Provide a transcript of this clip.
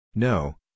No